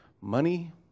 money